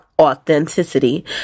authenticity